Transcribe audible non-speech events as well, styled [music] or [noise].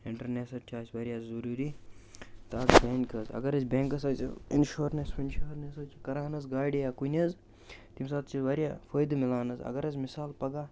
internet [unintelligible] چھِ اَسہِ واریاہ ضٔروٗری [unintelligible] اگر حظ بٮ۪نٛکَس آسہِ اِنشورنٕس وِنشورنٕس حظ چھِ کَران حظ گاڑِ یا کُنہِ حظ تَمہِ ساتہٕ چھِ واریاہ فٲیدٕ مِلان حظ اگر حظ مِثال پگاہ